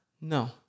No